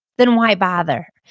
then why bother?